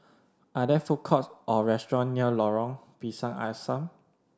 are there food courts or restaurants near Lorong Pisang Asam